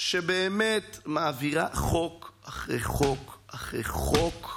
שבאמת מעבירה חוק אחרי חוק אחרי חוק,